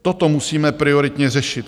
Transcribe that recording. Toto musíme prioritně řešit.